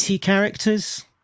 characters